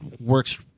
works